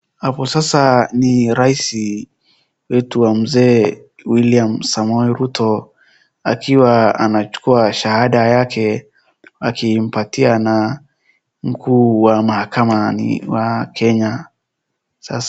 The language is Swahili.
Hapo sasa ni rais wetu wa mzee William Samoei Ruto akiwa anachukua shahada yake akimpatia na mkuu wa mahakamani wa Kenya sasa.